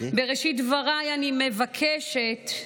בראשית דבריי אני מבקשת,